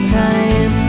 time